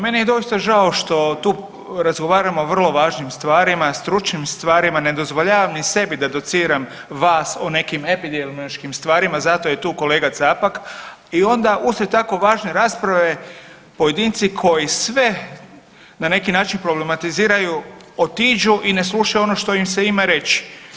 Meni je dosta žao što tu razgovaramo o vrlo važnim stvarima, stručnim stvarima, ne dozvoljavam ni sebi da dociram vas o nekim epidemiološkim stvarima zato je tu kolega Capak i onda uslijed tako važne rasprave pojedinci koji sve na neki način problematiziraju otiđu i ne slušaju ono što im se ima reći.